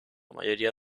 mayoría